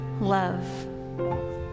love